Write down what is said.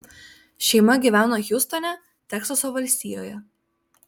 šeima gyveno hjustone teksaso valstijoje